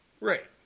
Right